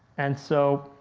and so,